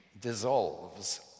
dissolves